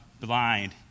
blind